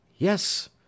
Yes